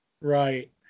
Right